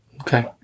okay